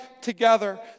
together